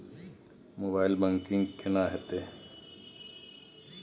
Mobile banking केना हेते?